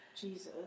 Jesus